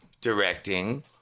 directing